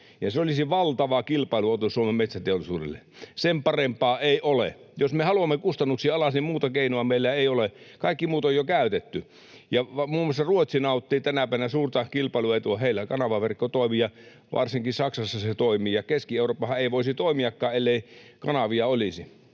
se olisi valtava kilpailuetu Suomen metsäteollisuudelle. Sen parempaa ei ole. Jos me haluamme kustannuksia alas, niin muuta keinoa meillä ei ole, kaikki muut on jo käytetty. Muun muassa Ruotsi nauttii tänäpänä suurta kilpailuetua. Heillä kanavaverkko toimii, ja varsinkin Saksassa se toimii, ja Keski-Eurooppahan ei voisi toimiakaan, ellei kanavia ja